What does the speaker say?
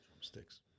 Sticks